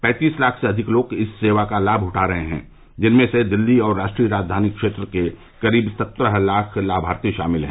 पैंतीस लाख से अधिक लोग इस सेवा का लाभ उठा रहे हैं जिनमें से दिल्ली और राष्ट्रीय राजधानी क्षेत्र के करीब सत्रह लाख लाभार्थी शामिल हैं